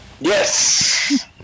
Yes